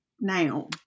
now